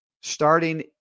starting